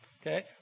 okay